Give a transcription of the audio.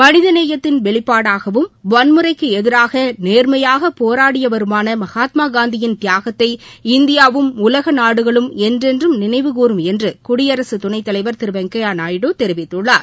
மனிதநேயத்தின் வெளிப்பாடாகவும் வன்முறைக்கு எதிராக நேர்மையாக போராடியவருமான மகாத்மா காந்தியின் தியாகத்தை இந்தியாவும் உலக நாடுகளும் என்றென்னும் நினைவு கூறும் என்று குடியரக துணைத்தலைவர் திரு வெங்கையா நாயுடு தெரிவித்துள்ளார்